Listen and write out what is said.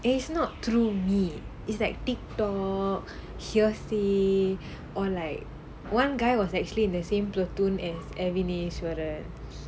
it's not through me it's like TikTok hearsay or like one guy was actually in the same platoon as avinash வரேன்:varaen